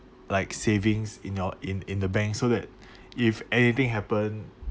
like savings in your in in the banks so that if anything happen